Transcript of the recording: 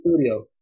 studio